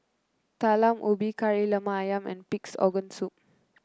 Talam Ubi Kari Lemak ayam and Pig's Organ Soup